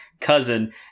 cousin